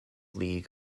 league